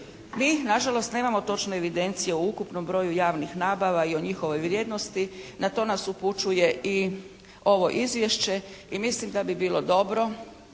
Mi nažalost nemamo točne evidencije o ukupnom broju javnih nabava i o njihovoj vrijednosti. Na to nas upućuje i ovo izvješće i mislim da bi bilo dobro